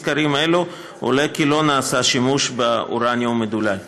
מסקרים אלו עולה כי לא נעשה שימוש באורניום מדולל.